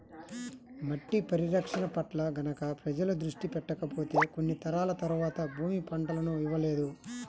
మట్టి పరిరక్షణ పట్ల గనక ప్రజలు దృష్టి పెట్టకపోతే కొన్ని తరాల తర్వాత భూమి పంటలను ఇవ్వలేదు